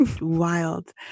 wild